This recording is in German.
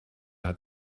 hat